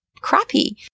crappy